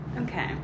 Okay